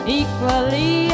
equally